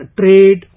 trade